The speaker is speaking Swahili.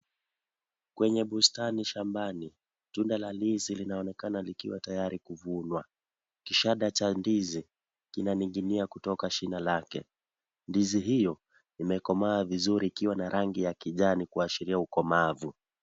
Kwenye bustani shambani, tunda la ndizi linaonekana likiwa tayari kuvunwa. Kishada cha ndizi kinaning'inia kutoka shina lake. Ndizi hiyo, imekomaa vizuri ikiwa na rangi ya kijani kuashiria ukomaavu.